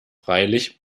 freilich